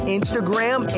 Instagram